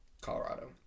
Colorado